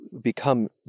become